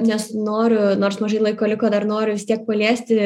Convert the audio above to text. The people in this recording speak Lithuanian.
nes noriu nors mažai laiko liko dar noriu paliesti